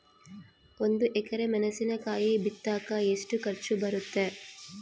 ಒಂದು ಎಕರೆ ಮೆಣಸಿನಕಾಯಿ ಬಿತ್ತಾಕ ಎಷ್ಟು ಖರ್ಚು ಬರುತ್ತೆ?